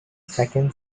second